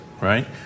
right